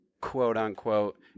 quote-unquote